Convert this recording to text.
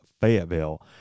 Fayetteville